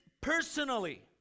personally